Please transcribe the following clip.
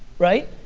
right.